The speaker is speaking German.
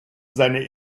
seine